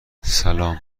سلام